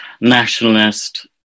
nationalist